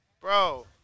Bro